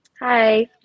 Hi